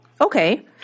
Okay